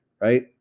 right